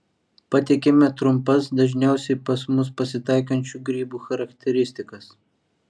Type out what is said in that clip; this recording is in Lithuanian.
pateikiame trumpas dažniausiai pas mus pasitaikančių grybų charakteristikas